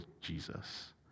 Jesus